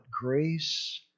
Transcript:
grace